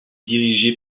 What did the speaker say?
dirigée